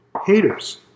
Haters